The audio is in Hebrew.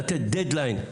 לתת "דדליין".